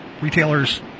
retailers